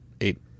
eight